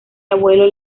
abuelo